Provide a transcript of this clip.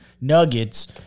nuggets